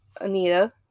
Anita